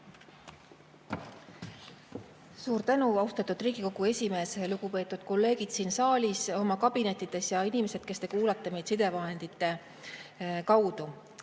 Suur tänu, austatud Riigikogu esimees! Lugupeetud kolleegid siin saalis, oma kabinettides, ja inimesed, kes te kuulate meid sidevahendite abil!